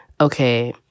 Okay